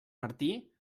martí